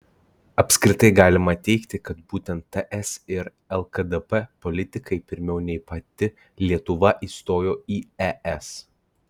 apskritai galima teigti kad būtent ts ir lkdp politikai pirmiau nei pati lietuva įstojo į es